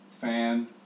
fan